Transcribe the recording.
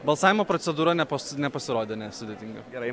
balsavimo procedūra nepas nepasirodė nesudėtinga gerai